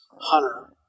hunter